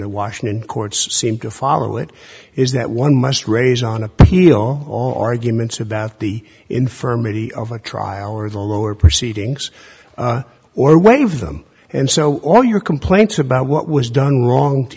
the washington courts seem to follow it is that one must raise on appeal arguments about the infirmity of a trial or the lower proceedings or waive them and so all your complaints about what was done wrong to